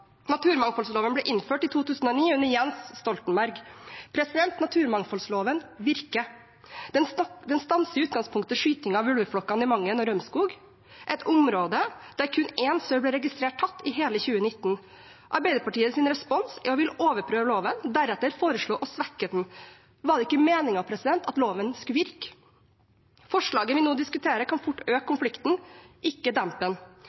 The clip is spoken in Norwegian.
Naturmangfoldloven ble innført i 2009, under Jens Stoltenberg. Naturmangfoldloven virker. Den stanser i utgangspunktet skyting av ulveflokkene i Mangen og Rømskog, et område der kun én sau ble registrert tatt i hele 2019. Arbeiderpartiets respons er å ville overprøve loven og deretter foreslå å svekke den. Var det ikke meningen at loven skulle virke? Forslaget vi nå diskuterer, kan fort øke konflikten, ikke